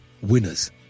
winners